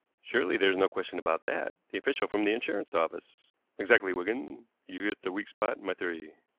surely there is no question about that? the official from the insurance office exactly, wigan you hit the weak spot in my theory.